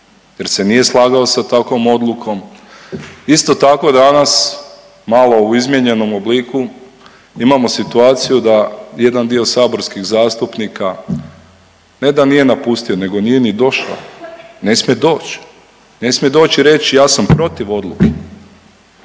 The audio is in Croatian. jer se nije slagao sa takvom odlukom isto tako danas malo u izmijenjenom obliku imamo situaciju da jedan dio saborskih zastupnika ne da nije napustio nego nije ni došao, ne smije doći, ne smije doći i reći ja sam protiv odluke,